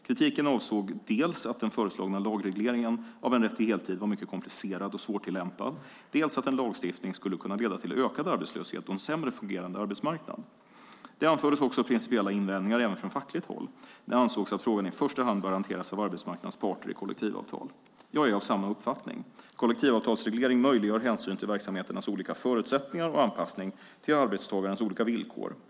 Kritiken avsåg dels att den föreslagna lagregleringen av en rätt till heltid var mycket komplicerad och svårtillämpad, dels att en lagstiftning skulle kunna leda till ökad arbetslöshet och en sämre fungerande arbetsmarknad. Det anfördes också principiella invändningar, även från fackligt håll. Det ansågs att frågan i första hand bör hanteras av arbetsmarknadens parter i kollektivavtal. Jag är av samma uppfattning. Kollektivavtalsreglering möjliggör hänsyn till verksamheternas olika förutsättningar och anpassning till arbetstagares olika behov.